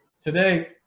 today